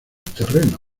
terreno